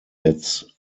its